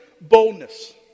boldness